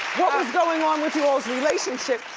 was going on with y'all's relationship?